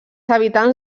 habitants